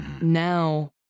now